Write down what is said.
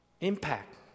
impact